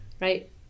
right